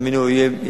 האמינו לי הוא יהיה,